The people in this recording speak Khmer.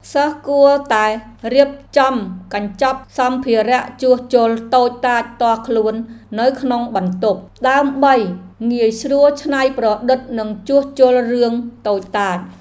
សិស្សគួរតែរៀបចំកញ្ចប់សម្ភារៈជួសជុលតូចតាចផ្ទាល់ខ្លួននៅក្នុងបន្ទប់ ដើម្បីងាយស្រួលច្នៃប្រឌិតនិងជួសជុលរឿងតូចតាច។